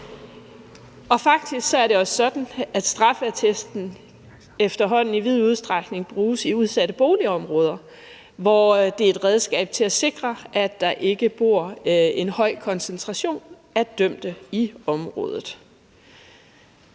Faktisk er det også sådan, at straffeattesten efterhånden i vid udstrækning bruges i udsatte boligområder, hvor det er et redskab til at sikre, at der ikke er en høj koncentration af dømte i området.